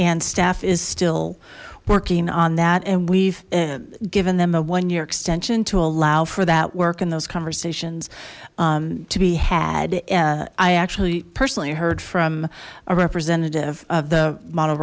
and staff is still working on that and we've given them a one year extension to allow for that work and those conversations to be had i actually personally heard from a representative of the